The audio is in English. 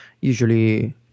usually